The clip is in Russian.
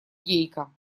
гейка